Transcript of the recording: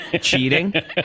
cheating